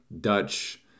Dutch